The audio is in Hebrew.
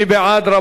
מי בעד?